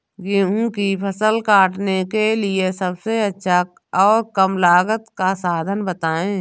गेहूँ की फसल काटने के लिए सबसे अच्छा और कम लागत का साधन बताएं?